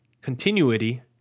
continuity